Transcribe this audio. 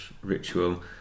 ritual